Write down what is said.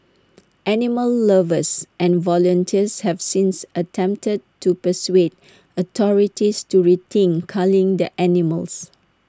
animal lovers and volunteers have since attempted to persuade authorities to rethink culling the animals